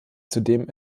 zudem